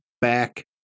back